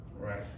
Right